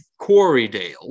Quarrydale